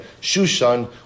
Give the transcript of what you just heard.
Shushan